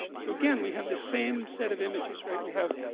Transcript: so again, we have the same set of images right we have?